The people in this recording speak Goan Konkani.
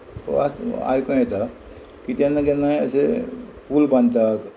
वाच आयको येता की तेन्ना केन्नाय अशें पूल बांदता